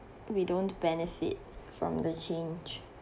we don't benefit from the change